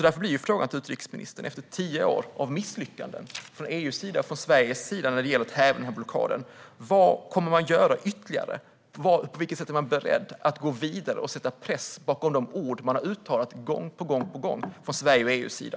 Därför blir frågan till utrikesministern, efter tio år av misslyckanden från EU:s sida och från Sveriges sida när det gäller att häva denna blockad: Vad kommer man att göra ytterligare? På vilket sätt är man beredd att gå vidare och sätta press bakom de ord som man gång på gång har uttalat från Sveriges och från EU:s sida?